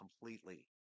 completely